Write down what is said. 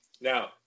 Now